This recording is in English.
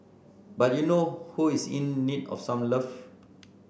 but you know who is in need of some love